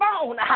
phone